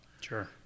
Sure